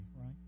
right